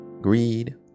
greed